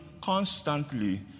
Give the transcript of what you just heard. constantly